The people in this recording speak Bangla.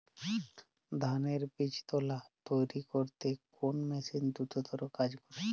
ধানের বীজতলা তৈরি করতে কোন মেশিন দ্রুততর কাজ করে?